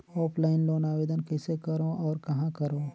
Offline loan आवेदन कइसे करो और कहाँ करो?